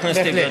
חבר הכנסת טיבי,